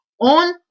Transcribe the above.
on